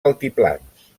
altiplans